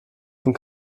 von